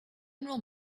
general